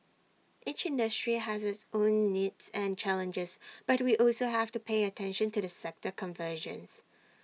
each industry has its own needs and challenges but we also have to pay attention to the sector convergence